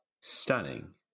stunning